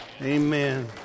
Amen